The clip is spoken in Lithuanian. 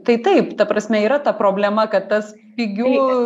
tai taip ta prasme yra ta problema kad tas pigių